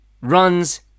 runs